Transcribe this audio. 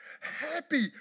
happy